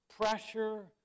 pressure